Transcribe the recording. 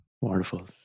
Wonderful